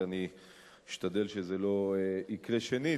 ואני אשתדל שזה לא יקרה שנית.